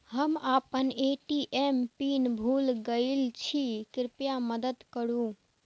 हम आपन ATM pin भूल गईल छी, कृपया मदद करू